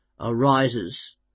arises